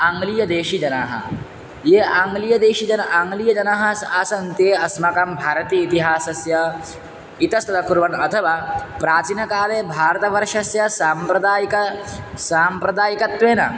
आङ्ग्लीयदेशीजनाः ये आङ्ग्लीयदेशीजनाःआङ्ग्लीयजनाः आसन् ते अस्माकं भारतीय इतिहासस्य इतस्ततः कुर्वन् अथवा प्राचीनकाले भारतवर्षस्य साम्प्रदायिकं साम्प्रदायिकत्वेन